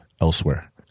elsewhere